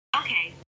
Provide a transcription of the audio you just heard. Okay